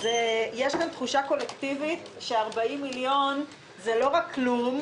כלומר יש פה תחושה קולקטיבית ש-40 מיליון זה לא רק כלום.